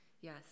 Yes